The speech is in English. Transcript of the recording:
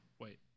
Wait